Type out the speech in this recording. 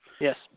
Yes